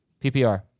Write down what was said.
PPR